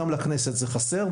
גם לכנסת זה חסר,